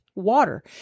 water